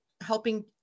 helping